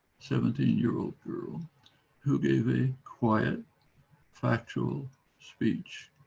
seventeen-year-old girl who gave a quiet factual speech.